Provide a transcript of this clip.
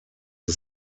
the